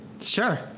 Sure